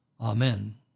Amen